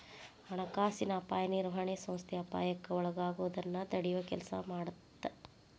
ಹಣಕಾಸಿನ ಅಪಾಯ ನಿರ್ವಹಣೆ ಸಂಸ್ಥೆ ಅಪಾಯಕ್ಕ ಒಳಗಾಗೋದನ್ನ ತಡಿಯೊ ಕೆಲ್ಸ ಮಾಡತ್ತ